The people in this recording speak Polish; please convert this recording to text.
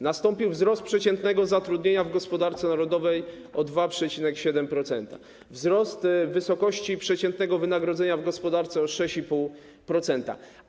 Nastąpił wzrost przeciętnego zatrudnienia w gospodarce narodowej o 2,7%, wzrost wysokości przeciętnego wynagrodzenia o 6,5%.